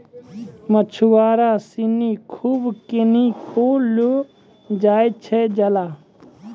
मछुआरा सिनि खूब किनी कॅ लै जाय छै जाल